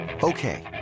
Okay